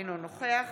אינו נוכח